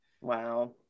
Wow